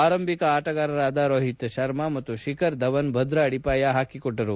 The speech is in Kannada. ಆರಂಭಿಕ ಆಟಗಾರರಾದ ರೋಹಿತ್ ಶರ್ಮಾ ಮತ್ತು ಶಿಖರ್ ಧವನ್ ಭದ್ರ ಅದಿಪಾಯ ಹಾಕಿಕೊಟ್ಟರು